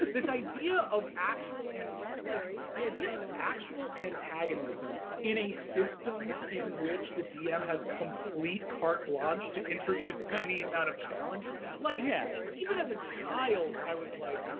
this idea of actual, and like, the idea of actual antagonism in a system in which the dm has complete carte blanche to introduce any amount of challenges like, yeah even as a child, i was like,